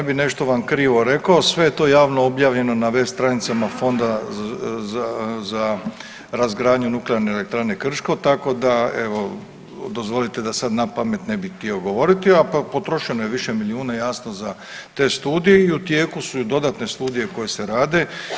Sada da ne bi nešto vam krivo rekao, sve je to javno objavljeno na web stranicama Fonda za, za razgradnju Nuklearne elektrane Krško tako da evo dozvolite da sad napamet ne bi htio govoriti, a pa potrošeno je više milijuna jasno za te studije i u tijeku su i dodatne studije koje se rade.